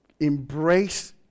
embrace